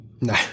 No